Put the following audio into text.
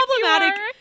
problematic